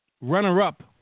runner-up